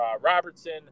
Robertson